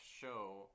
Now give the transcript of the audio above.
show